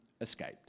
escaped